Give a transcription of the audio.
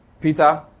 Peter